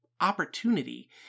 opportunity